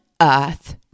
earth